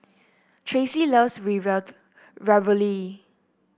Tracee loves Ravioli